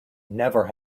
never